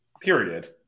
period